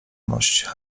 mość